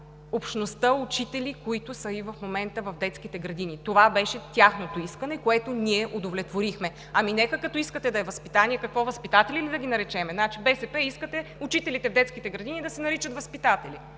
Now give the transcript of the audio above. общността учители, които са и в момента в детските градини. Това беше тяхното искане, което ние удовлетворихме. Ами нека, като искате да е възпитание – какво, възпитатели ли да ги наречем? Значи БСП искате учителите в детските градини да се наричат възпитатели?